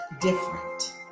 different